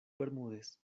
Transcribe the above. bermúdez